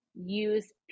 use